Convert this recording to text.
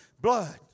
Blood